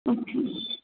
अच्छा